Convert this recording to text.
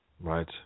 Right